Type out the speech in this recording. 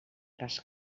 cas